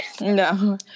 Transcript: no